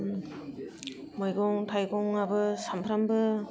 मैगं थाइगं आबो सानफ्रामबो